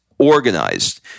Organized